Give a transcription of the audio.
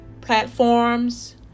platforms